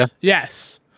yes